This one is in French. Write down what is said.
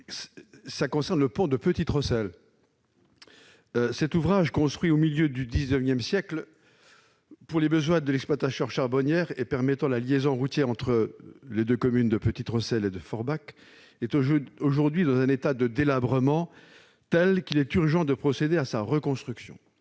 : celui du pont de Petite-Rosselle. Cet ouvrage construit au milieu du XIX siècle pour les besoins de l'exploitation charbonnière et permettant la liaison routière entre les communes de Petite-Rosselle et de Forbach est aujourd'hui dans un état de délabrement tel qu'il est urgent de procéder à sa reconstruction.